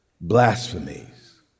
blasphemies